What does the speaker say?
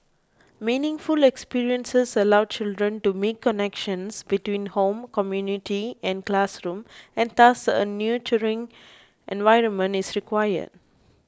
meaningful experiences allow children to make connections between home community and classroom and thus a nurturing environment is required